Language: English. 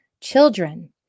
Children